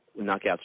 Knockouts